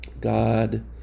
God